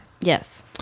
Yes